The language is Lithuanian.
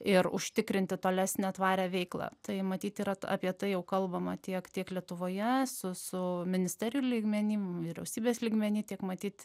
ir užtikrinti tolesnę tvarią veiklą tai matyt yra apie tai jau kalbama tiek tiek lietuvoje su su ministerijų lygmenim vyriausybės lygmeny tiek matyt